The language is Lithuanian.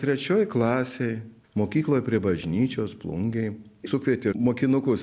trečioj klasėj mokykloj prie bažnyčios plungėj sukvietė mokinukus